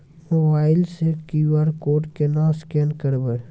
Mobile से QR code केना scan करबै?